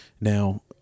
Now